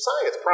science